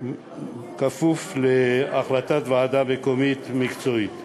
כפוף להחלטת ועדה מקומית מקצועית.